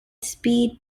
speed